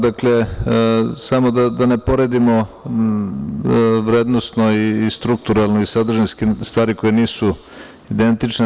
Dakle, samo da ne poredimo vrednosno, strukturalno i sadržinski stvari koje nisu identične.